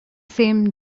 same